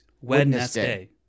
Wednesday